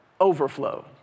overflow